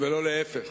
ולא להיפך.